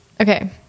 Okay